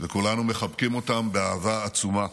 וכולנו מחבקים אותם באהבה עצומה.